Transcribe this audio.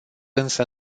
însă